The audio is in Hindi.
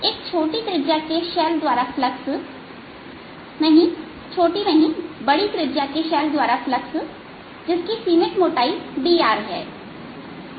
एक छोटी त्रिज्या के शेल द्वारा फ्लक्स छोटी नहीं बड़ी R त्रिज्या के शेल द्वारा फ्लक्स जिसकी सीमित मोटाई dr है